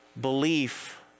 belief